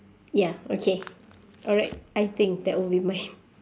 ya okay alright I think that will be mine